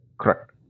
Correct